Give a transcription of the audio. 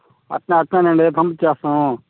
అట్నే అట్నేనండి పంపించేస్తాము